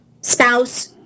spouse